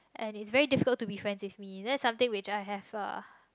and it's very difficult to be friend with me that's something which I have a